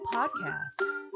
Podcasts